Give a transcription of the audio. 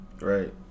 right